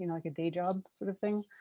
you know like a day job sort of thing.